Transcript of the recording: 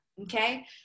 okay